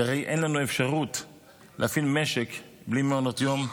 כי הרי אין לנו אפשרות להפעיל משק בלי מעונות יום,